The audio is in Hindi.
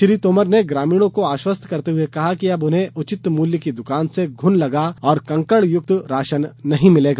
श्री तोमर ने ग्रामीणों को आश्वस्त करते हुए कहा कि अब उन्हें उचित मूल्य की दुकान से घुन लगा एवं कंकड़ युक्त राशन नहीं मिलेगा